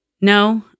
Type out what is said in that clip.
No